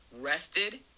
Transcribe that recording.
rested